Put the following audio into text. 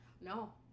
No